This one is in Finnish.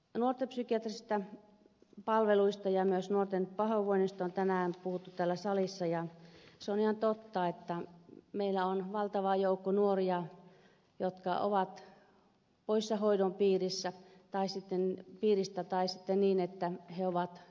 nuorten psykiatrisista palveluista ja myös nuorten pahoinvoinnista on tänään puhuttu täällä salissa ja se on ihan totta että meillä on valtava joukko nuoria jotka ovat poissa hoidon piiristä tai sitten ovat vajaalla hoidolla niin kuin ammattilaiset sanovat